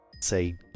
say